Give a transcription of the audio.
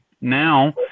now